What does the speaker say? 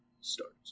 starts